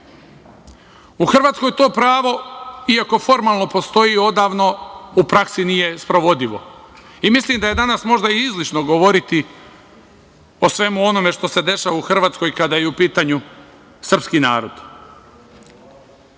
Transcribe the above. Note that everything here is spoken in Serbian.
Hrvatskoj to pravo, iako formalno postoji odavno u praksi nije sprovodljivo. Mislim da je danas možda i izlišno govoriti o svemu onome što se dešava u Hrvatskoj kada je u pitanju srpski narod. Ako